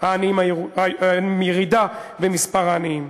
לירידה במספר העניים.